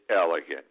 elegant